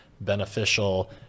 beneficial